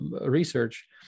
research